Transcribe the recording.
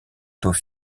taux